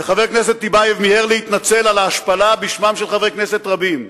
וחבר הכנסת טיבייב מיהר להתנצל על ההשפלה בשמם של חברי כנסת רבים,